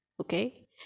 Okay